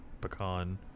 pecan